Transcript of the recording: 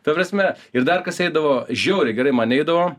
ta prasme ir dar kas eidavo žiauriai gerai man eidavo